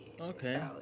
okay